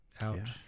Ouch